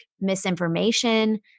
misinformation